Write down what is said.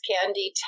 Candy